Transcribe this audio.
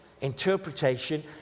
interpretation